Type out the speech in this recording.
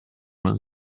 was